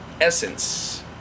essence